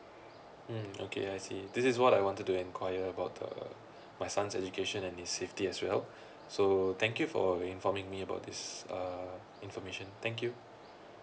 mm okay I see this is what I wanted to enquiry about the my son's education and the safety as well so thank you for informing me about this uh information thank you